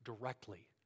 directly